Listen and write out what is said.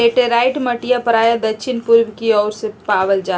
laterite मटिया प्रायः दक्षिण पूर्व के ओर पावल जाहई